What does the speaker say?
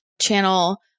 channel